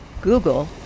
Google